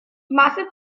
massive